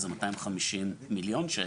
נקבע 250 מיליון ₪